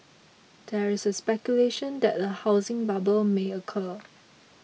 there is a speculation that a housing bubble may occur